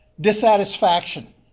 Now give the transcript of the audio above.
dissatisfaction